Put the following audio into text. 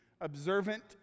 observant